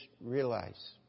realize